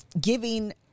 giving